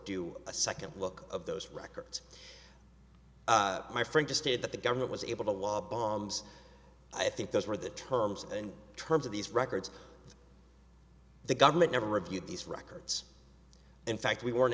do a second look of those records my friend just stated that the government was able to walk bombs i think those were the terms and terms of these records the government never reviewed these records in fact we were